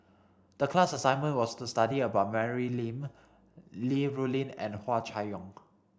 the class assignment was to study about Mary Lim Li Rulin and Hua Chai Yong